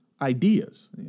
ideas